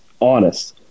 honest